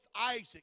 Isaac